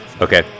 okay